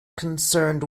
concerned